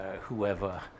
whoever